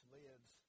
lives